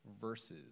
verses